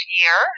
year